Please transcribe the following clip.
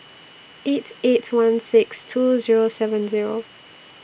eight eight one six two Zero seven Zero